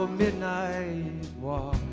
ah midnight walk?